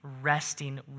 resting